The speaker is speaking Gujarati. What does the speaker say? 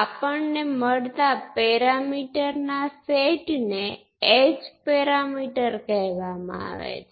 અથવા વોલ્ટેજ કંટ્રોલ કરંટ સોર્સ છે જેની કિંમત y12 V2 દ્વારા આપવામાં આવે છે